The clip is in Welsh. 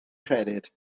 credyd